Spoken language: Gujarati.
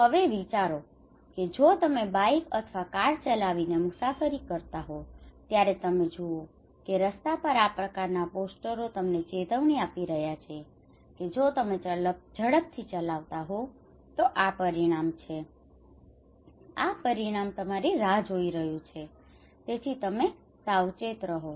હવે વિચારો કે જો તમે બાઇક અથવા કાર ચલાવીને મુસાફરી કરતા હોય ત્યારે તમે જુઓ કે રસ્તાઓ પર આ પ્રકારના પોસ્ટરો તમને ચેતવણી આપી રહ્યા છે કે જો તમે ઝડપથી ચલાવતા હો તો આ પરિણામ છે આ પરિણામ તમારી રાહ જોઈ રહ્યું છે તેથી સાવચેત રહો